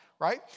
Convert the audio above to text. right